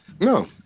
No